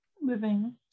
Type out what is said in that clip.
Living